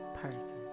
person